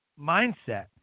mindset